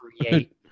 create